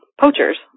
poachers